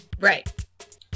Right